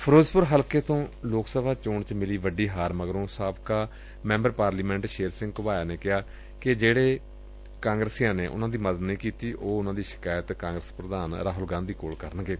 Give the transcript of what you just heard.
ਫਿਰੋਜ਼ਪੁਰ ਹਲਕੇ ਤੋ ਲੋਕ ਸਭਾ ਚੋਣ ਚ ਮਿਲੀ ਵੱਡੀ ਹਾਰ ਮਗਰੋ ਸਾਬਕਾ ਮੈਬਰ ਪਾਰਲੀਮੈਟ ਸ਼ੇਰ ਸਿੰਘ ਘੁਬਾਇਆ ਨੇ ਕਿਹਾ ਕਿ ਜਿਹੜੇ ਕਾਂਗਰਸੀਆਂ ਨੇ ਉਨੂਾਂ ਦੀ ਮਦਦ ਨਹੀਂ ਕੀਤੀ ਉਹ ਉਨੂਾਂ ਦੀ ਸ਼ਿਕਾਇਤ ਕਾਂਗਰਸ ਪ੍ਰਧਾਨ ਰਾਹੁਲ ਗਾਂਧੀ ਨੁੰ ਕਰਨਗੇ